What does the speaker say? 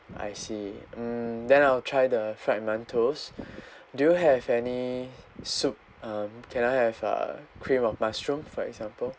I see hmm then I'll try the fried mantous do you have any soup um can I have uh cream of mushroom for example